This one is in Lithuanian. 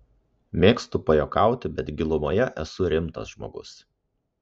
mėgstu pajuokauti bet gilumoje esu rimtas žmogus